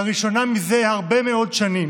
לראשונה זה הרבה מאוד שנים,